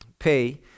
pay